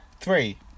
Three